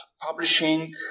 publishing